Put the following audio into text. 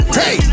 hey